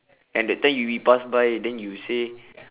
and that time we we pass by then you say